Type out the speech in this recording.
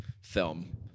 film